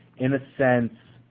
in a sense,